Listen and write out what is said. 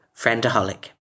Friendaholic